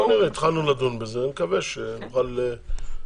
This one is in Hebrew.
בוא נראה, התחלנו לדון בזה, נקווה שנוכל לשפר.